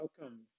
Welcome